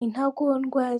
intagondwa